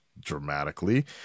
dramatically